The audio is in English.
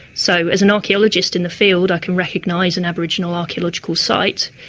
so as an archaeologist in the field, i can recognise an aboriginal archaeological site,